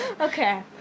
Okay